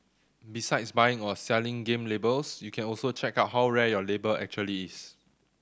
besides buying or selling game labels you can also check out how rare your label actually is